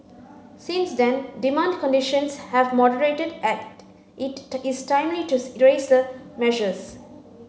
since then demand conditions have moderated it is timely to the measures